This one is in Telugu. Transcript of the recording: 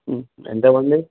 ఎంతమంది